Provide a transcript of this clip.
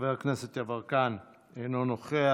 חבר הכנסת יברקן, אינו נוכח.